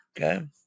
Okay